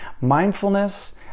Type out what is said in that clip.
mindfulness